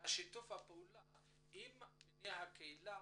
שיתוף הפעולה עם בני הקהילה